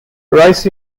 rice